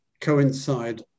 coincide